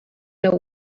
know